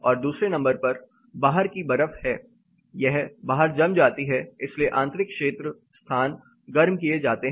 और दूसरे नंबर पर बाहर की बर्फ है यह बाहर जम जाति है इसलिए आंतरिक क्षेत्र स्थान गर्म किए जाते हैं